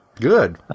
Good